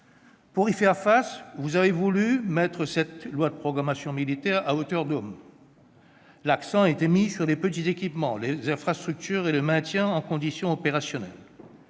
voulu, madame la ministre, mettre cette loi de programmation militaire « à hauteur d'homme ». L'accent a été mis sur les petits équipements, les infrastructures et le maintien en condition opérationnelle.